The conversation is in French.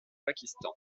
pakistan